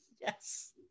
Yes